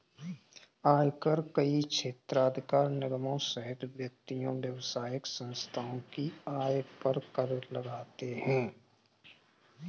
आयकर कई क्षेत्राधिकार निगमों सहित व्यक्तियों, व्यावसायिक संस्थाओं की आय पर कर लगाते हैं